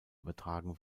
übertragen